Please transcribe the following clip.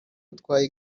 utwaye